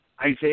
Isaiah